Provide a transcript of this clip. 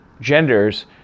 genders